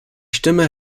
stimme